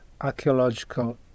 archaeological